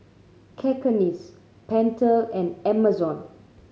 Cakenis Pentel and Amazon